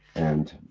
and,